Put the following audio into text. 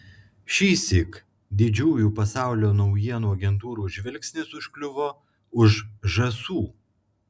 šįsyk didžiųjų pasaulio naujienų agentūrų žvilgsnis užkliuvo už žąsų